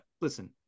listen